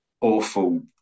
awful